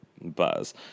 Buzz